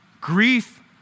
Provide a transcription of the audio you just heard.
Grief